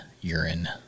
Urine